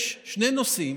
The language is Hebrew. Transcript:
יש שני נושאים